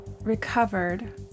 recovered